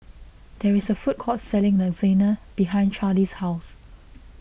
there is a food court selling Lasagna behind Charly's house